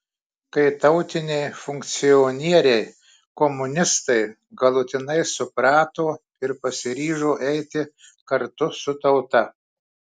kai tautiniai funkcionieriai komunistai galutinai suprato ir pasiryžo eiti kartu su tauta